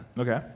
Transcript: Okay